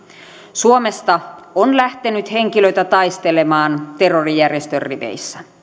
suomesta on lähtenyt henkilöitä taistelemaan terrorijärjestön riveissä